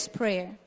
prayer